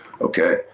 okay